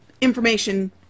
information